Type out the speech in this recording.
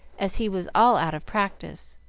as he was all out of practice.